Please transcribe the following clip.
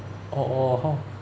orh orh how